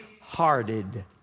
hearted